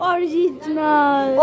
Original